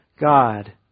God